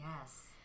Yes